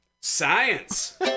Science